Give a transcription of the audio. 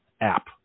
app